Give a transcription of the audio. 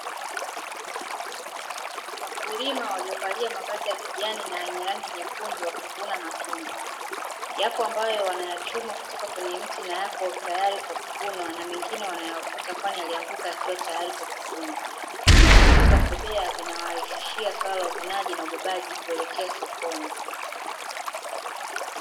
Wakulima waliovalia mavazi ya kijani na yenye rangi nyekundu wakivuna matunda. Yako ambayo wanayachuma kutoka kwenye mti na yako tayari kwa kuvunwa mengine wanayaokota kwani yalianguka yakiwa tayari kwa kuvunwa. Vyombo vya kubebea vinawarahisishia swala la uvunaji na ubebaji kuelekea sokoni.